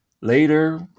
Later